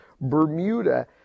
Bermuda